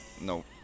no